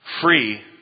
free